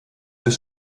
des